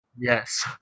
Yes